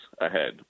ahead